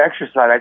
exercise